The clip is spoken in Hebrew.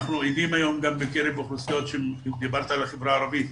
אנחנו עדים היום, דיברת על החברה הערבית,